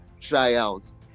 trials